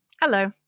Hello